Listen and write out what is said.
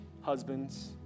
husbands